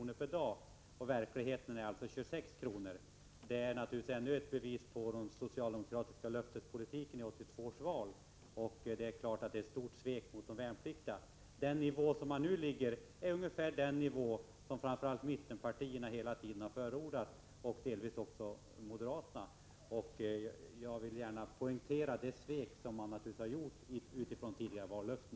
per dag, när dagersättningen i verkligheten alltså är 26 kr. Det är ännu ett bevis på den socialdemokratiska löftespolitiken i 1982 års val, och det är ett stort svek mot de värnpliktiga. Den nivå som socialdemokraterna nu ligger på är ungefär den nivå som framför allt mittenpartierna hela tiden har förordat och delvis också moderaterna. Jag vill gärna poängtera socialdemokraternas svek utifrån tidigare vallöften.